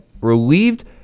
relieved